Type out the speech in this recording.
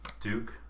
Duke